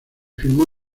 filmó